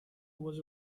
was